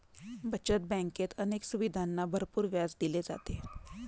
बचत बँकेत अनेक सुविधांना भरपूर व्याज दिले जाते